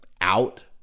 out